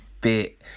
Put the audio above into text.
bit